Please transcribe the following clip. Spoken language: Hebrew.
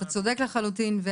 אתה צודק לחלוטין.